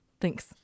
Thanks